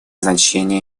значение